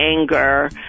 anger